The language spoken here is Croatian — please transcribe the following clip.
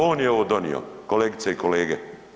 On je ovo donio kolegice i kolege.